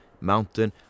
mountain